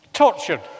tortured